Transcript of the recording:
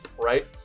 right